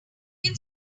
can